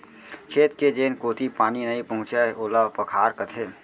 खेत के जेन कोती पानी नइ पहुँचय ओला पखार कथें